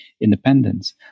independence